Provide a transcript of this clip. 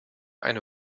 eine